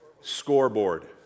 Scoreboard